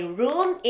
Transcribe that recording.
room